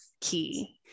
key